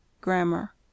grammar